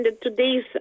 today's